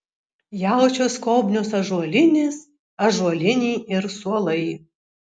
jaučio skobnios ąžuolinės ąžuoliniai ir suolai